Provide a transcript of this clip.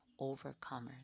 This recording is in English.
overcomers